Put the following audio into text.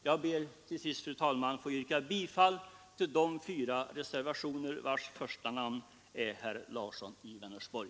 Jag ber till sist, fru talman, att få yrka bifall till de fyra reservationer, vilkas första namn är herr Larsson i Vänersborg.